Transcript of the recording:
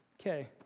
Okay